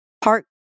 park